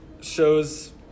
shows